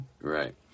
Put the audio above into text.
Right